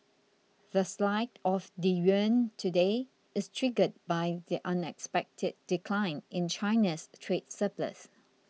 the slide of the yuan today is triggered by the unexpected decline in China's trade surplus